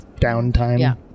downtime